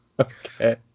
Okay